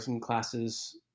classes